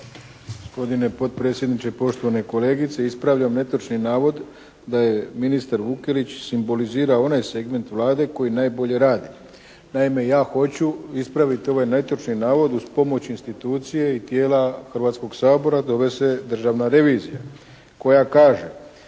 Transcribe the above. Gospodine potpredsjedniče, poštovane kolegice! Ispravljam netočni navod da je ministar Vukelić simbolizira onaj segment Vlade koji najbolje radi. Naime, ja hoću ispraviti ovaj netočni navod uz pomoć institucije i tijela Hrvatskog sabora zove se državna revizija koja kaže